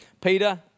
Peter